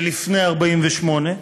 ולפני 1948,